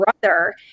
brother